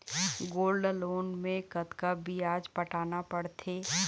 Gold loan मे कतका ब्याज पटाना पड़थे?